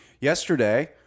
yesterday—